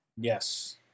Yes